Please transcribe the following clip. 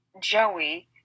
Joey